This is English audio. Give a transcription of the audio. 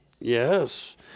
Yes